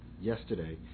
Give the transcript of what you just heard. Yesterday